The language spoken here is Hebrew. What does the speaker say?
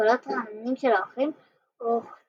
קולות רעננים של אורחים רוחצים